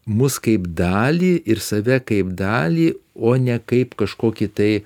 mus kaip dalį ir save kaip dalį o ne kaip kažkokį tai